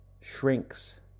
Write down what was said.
shrinks